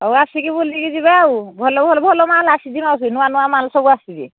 ହଉ ଆସିକି ବୁଲିକି ଯିବେ ଆଉ ଭଲ ଭଲ ଭଲ ମାଲ ଆସିଛି ମାଉସୀ ନୂଆ ନୂଆ ମାଲ୍ ସବୁ ଆସିିଛି